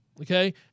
okay